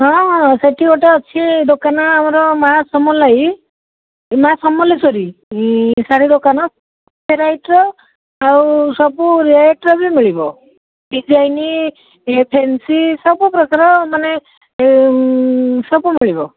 ହଁ ହଁ ସେଇଠି ଗୋଟେ ଅଛି ଦୋକାନ ଆମର ମା ସମଲାଇ ମା ସମଲେଶ୍ଵରୀ ଶାଢ଼ୀ ଦୋକାନ ଭେରାଇଟିର ଆଉ ସବୁ ରେଟ୍ର ବି ମିଳିବ ଡିଜାଇନ୍ ଫେନ୍ସି ସବୁ ପ୍ରକାର ମାନେ ସବୁ ମିଳିବ